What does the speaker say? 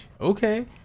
Okay